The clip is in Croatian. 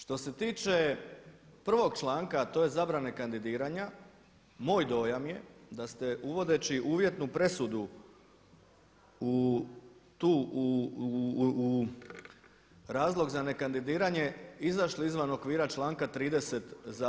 Što se tiče 1. članka a to je zabrane kandidiranja moj dojam je da ste uvodeći uvjetnu presudu u razlog za nekandidiranje izašli izvan okvira članka 30.